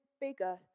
bigger